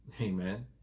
amen